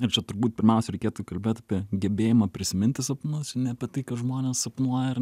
ir čia turbūt pirmiausia reikėtų kalbėti apie gebėjimą prisiminti sapnus ne apie tai kad žmonės sapnuoja ar